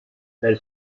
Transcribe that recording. elle